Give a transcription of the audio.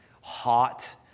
hot